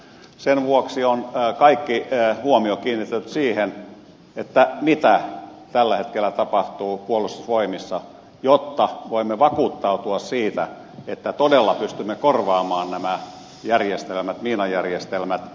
sen vuoksi on kaikki huomio kiinnitetty siihen mitä tällä hetkellä tapahtuu puolustusvoimissa jotta voimme vakuuttautua siitä että todella pystymme korvaamaan nämä miinajärjestelmät